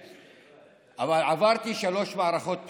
אבל עברתי שלוש מערכות בחירות.